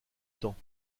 temps